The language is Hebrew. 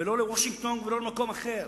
לא לוושינגטון ולא למקום אחר.